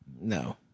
No